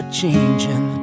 changing